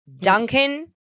Duncan